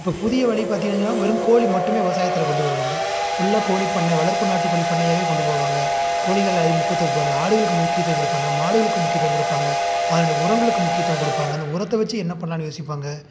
இப்போ புதிய வழி பார்த்தீங்ககன்னா வெறும் கோழி மட்டுமே விவசாயத்தில் கொண்டு வருவாங்க ஃபுல்லாக கோழி பண்ணை வளர்ப்பு நாட்டுக்கோழி பண்ணையாகவே கொண்டு போவாங்க கோழிகள் அதுக்கு முக்கியத்துவம் கொடுப்பாங்க ஆடுகளுக்கு முக்கியத்துவம் கொடுப்பாங்க மாடுகளுக்கு முக்கியத்துவம் கொடுப்பாங்க அதனுடைய உரங்களுக்கு முக்கியத்துவம் கொடுப்பாங்க அந்த உரத்தை வச்சி என்ன பண்ணலான்னு யோசிப்பாங்க